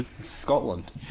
Scotland